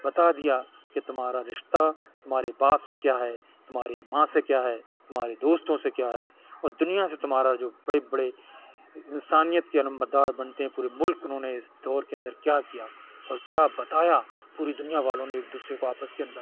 بتا دیا کہ تمہارا رشتہ تمہارے باپ سے کیا ہے تمہاری ماں سے کیا ہے تمہارے دوستوں سے کیا ہے اور دنیا سے تمہارا جو بڑے بڑے انسانیت کے علمبردار بنتے ہیں پورے ملک میں انہوں نے اس دور کے اندر کیا کیا اور کیا بتایا پوری دنیا والوں نے ایک دوسرے کو آپس کے اندر